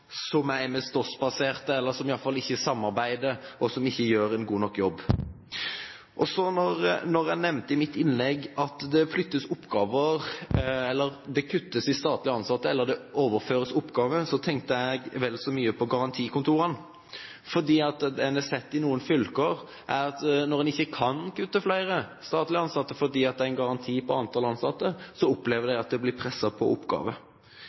som er MS-DOS-baserte, eller som i alle fall ikke samarbeider, og som ikke gjør en god nok jobb. Og så: Når jeg nevnte i mitt innlegg at det kuttes i statlig ansatte eller overføres oppgaver, tenkte jeg vel så mye på garantikontorene, fordi det en har sett i noen fylker, er at når en ikke kan kutte flere statlig ansatte fordi det er en garanti på antall ansatte, opplever de at de blir presset på oppgaver,